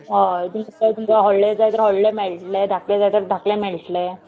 हय तुमकां तुमकां व्हडले जाय तर व्हडले मेळटले धाकले जाय तर धाकले मेळटले